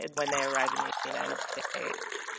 and when they arrive in the united states.